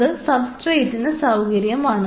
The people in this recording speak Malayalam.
അത് സബ്സട്രെറ്റിന് സൌകര്യമാണ്